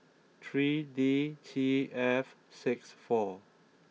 three D T F six four